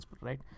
right